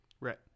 right